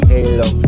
Halo